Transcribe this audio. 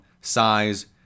Size